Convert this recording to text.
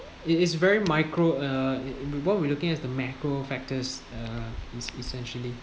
it is very micro uh what we are looking at is the macro factors uh es~ essentially